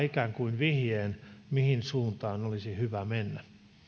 ikään kuin vihjeen mihin suuntaan olisi hyvä mennä